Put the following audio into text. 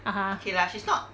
(uh huh)